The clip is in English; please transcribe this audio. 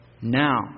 Now